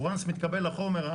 מרגע שמתקבל החומר,